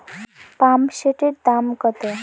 পাম্পসেটের দাম কত?